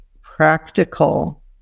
practical